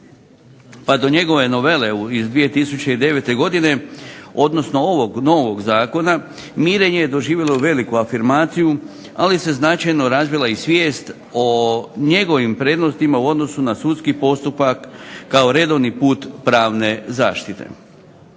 pa do njegove novele iz 2009. godine odnosno ovog novog zakona, mirenje je doživjelo veliku afirmaciju, ali se značajno razvila i svijest o njegovim prednostima u odnosu na sudski postupak kao redovni put pravne zaštite.